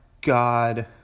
God